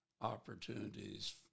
opportunities